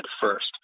first